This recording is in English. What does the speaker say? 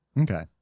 Okay